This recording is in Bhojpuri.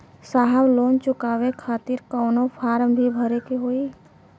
साहब लोन चुकावे खातिर कवनो फार्म भी भरे के होइ?